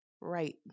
right